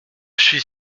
suis